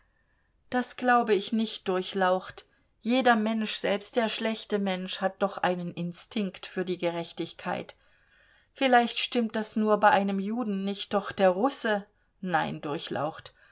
das glaube ich nicht durchlaucht jeder mensch selbst der schlechte mensch hat doch einen instinkt für die gerechtigkeit vielleicht stimmt das nur bei einem juden nicht doch der russe nein durchlaucht